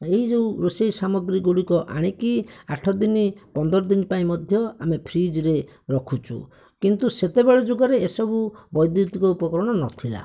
ଏହିଯେଉଁ ରୋଷେଇ ସାମଗ୍ରୀ ଗୁଡ଼ିକ ଆଣିକି ଆଠ ଦିନ ପନ୍ଦର ଦିନପାଇଁ ମଧ୍ୟ ଆମେ ଫ୍ରିଜରେ ରଖୁଛୁ କିନ୍ତୁ ସେତବେଳେ ଯୁଗରେ ଏସବୁ ବୈଦ୍ୟୁତିକ ଉପକରଣ ନଥିଲା